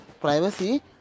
privacy